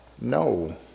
No